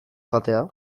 jatea